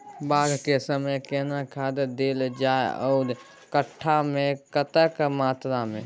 बाग के समय केना खाद देल जाय आर कट्ठा मे कतेक मात्रा मे?